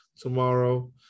tomorrow